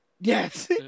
yes